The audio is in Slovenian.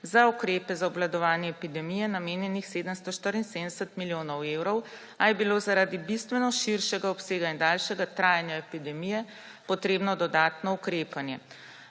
za ukrepe za obvladovanje epidemije namenjenih 774 milijonov evrov, a je bilo zaradi bistveno širšega obsega in daljšega trajanja epidemije potrebno dodatno ukrepanje.